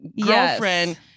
girlfriend